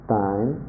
time